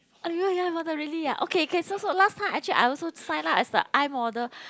!aiyo! ya you got the really ah okay so so last time actually I also signed up as the iModel